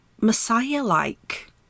Messiah-like